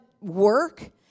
work